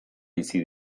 bizi